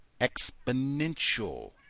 exponential